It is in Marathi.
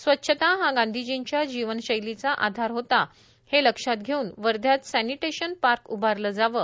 स्वच्छता हा गांधीर्जीच्या जीवनशैलीचा आधार होता हे लक्षात घेऊन वध्यात सॅनिटेशन पार्क उभारलं जावं